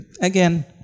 Again